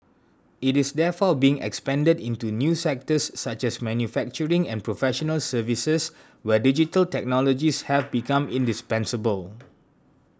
it is therefore being expanded into new sectors such as manufacturing and professional services where digital technologies have become indispensable